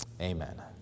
Amen